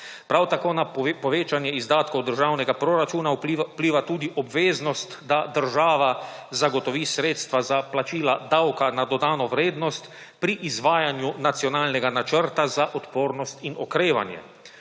Prav tako na povečanje izdatkov državnega proračuna vpliva tudi obveznost, da država zagotovi sredstva za plačila davka na dodano vrednost pri izvajanju nacionalnega načrta za odpornost in okrevanje